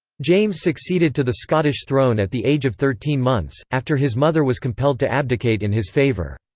james succeeded to the scottish throne at the age of thirteen months, after his mother was compelled to abdicate in his favour.